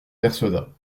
persuada